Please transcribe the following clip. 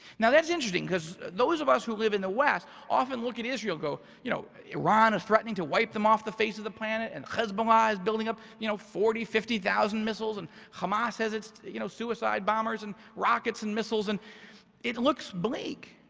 now, that's interesting because those of us who live in the west often look at israel, go, you know iran is threatening to wipe them off the face of the planet and hezbollah building up you know forty, fifty thousand missiles. and hamas has its you know suicide bombers and rockets and missiles. and it looks blink.